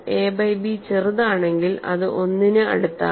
A by B ചെറുതാണെങ്കിൽ അത് 1 ന് അടുത്താണ്